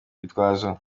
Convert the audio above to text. rwitwazo